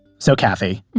so, kathy,